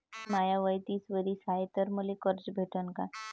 माय वय तीस वरीस हाय तर मले कर्ज भेटन का?